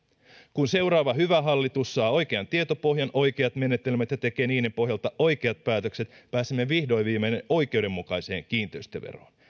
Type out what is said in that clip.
kun seuraava hyvä hallitus saa oikean tietopohjan oikeat menetelmät ja tekee niiden pohjalta oikeat päätökset pääsemme vihdoin viimein oikeudenmukaiseen kiinteistöveroon